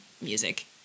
music